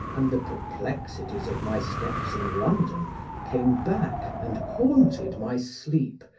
and the perplexities of my steps in london came back and haunted my sleep,